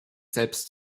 selbst